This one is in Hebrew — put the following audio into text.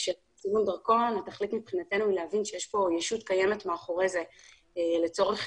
צילום דרכון התכלית מבחינתנו היא להבין שמאחורי זה יש כאן ישות